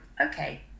okay